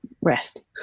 rest